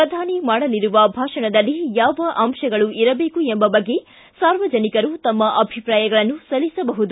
ಶ್ರಧಾನಿ ಮಾಡಲಿರುವ ಭಾಷಣದಲ್ಲಿ ಯಾವ ಅಂಶಗಳು ಇರಬೇಕು ಎಂಬ ಬಗ್ಗೆ ಸಾರ್ವಜನಿಕರು ತಮ್ಮ ಅಭಿಪ್ರಾಯಗಳನ್ನು ಸಲ್ಲಿಸಬಹುದು